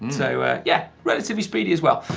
and so yeah, relatively speedy as well.